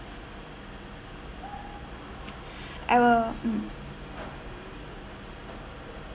I will mm